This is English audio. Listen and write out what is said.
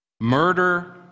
murder